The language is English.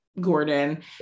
Gordon